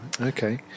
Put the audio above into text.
okay